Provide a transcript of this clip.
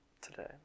today